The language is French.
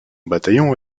bataillon